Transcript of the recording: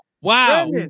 Wow